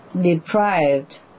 deprived